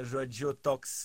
žodžiu toks